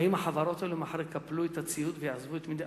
האם החברות האלו מחר יקפלו את הציוד ויעזבו את המדינה?